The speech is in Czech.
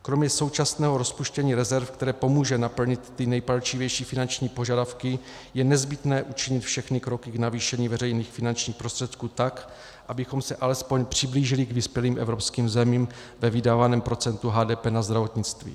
Kromě současného rozpuštění rezerv, které pomůže naplnit ty nejpalčivější finanční požadavky, je nezbytné učinit všechny kroky k navýšení veřejných finančních prostředků, tak abychom se alespoň přiblížili k vyspělým evropským zemím ve vydávaném procentu HDP na zdravotnictví.